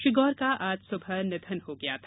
श्री गौर का आज सुबह निधन हो गया था